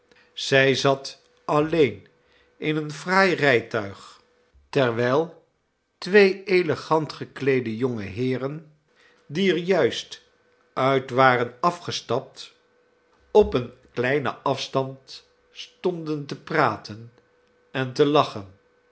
zij zat alleen in een fraai rijtuig terwijl twee elegant gekleede jonge heeren die er juist uit waren afgestapt op een kleinen afstand stonden te praten en te lachen